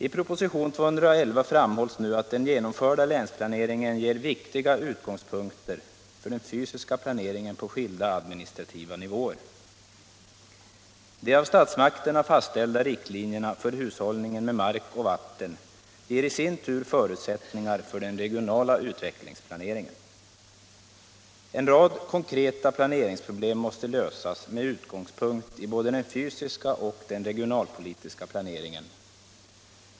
I proposition 211 framhålls nu att den genomförda länsplaneringen ger viktiga utgångspunkter för den fysiska planeringen på skilda administrativa nivåer. De av statsmakterna fastlagda riktlinjerna för hushållningen med mark och vatten ger i sin tur förutsättningar för den regionala utvecklingsplaneringen. En rad konkreta planeringsproblem måste lösas med utgångspunkt i både den fysiska och den regionalpolitiska planeringen.